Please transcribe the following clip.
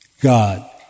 God